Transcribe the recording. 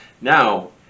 Now